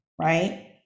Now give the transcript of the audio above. right